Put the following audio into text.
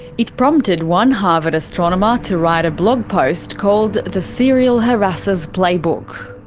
it prompted one harvard astronomer to write a blog post called the serial harasser's playbook.